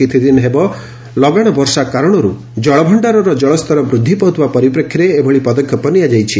କିଛିଦିନ ହେବ ଲଗାଣ ବର୍ଷା କାରଣରୁ ଜଳଭଣାରର କଳସ୍ତର ବୃଦ୍ଧି ପାଉଥିବା ପରିପ୍ରେକ୍ଷୀରେ ଏଭଳି ପଦକ୍ଷେପ ନିଆଯାଇଛି